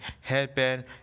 Headband